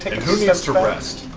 who needs to rest?